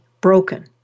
broken